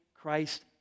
Christ